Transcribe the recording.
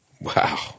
Wow